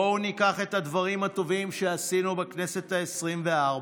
בואו ניקח את הדברים הטובים שעשינו בכנסת העשרים-וארבע,